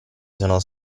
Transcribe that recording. sono